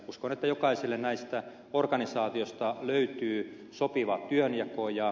uskon että jokaiselle näistä organisaatioista löytyy sopiva työnjako